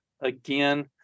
again